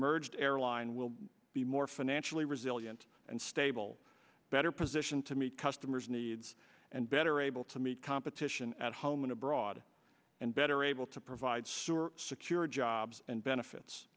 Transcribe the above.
merged airline will be more financially resilient and stable better positioned to meet customer's needs and better able to meet competition at home and abroad and better able to provide store secure jobs and benefits